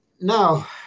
Now